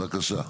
בבקשה.